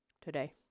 today